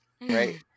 Right